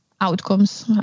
outcomes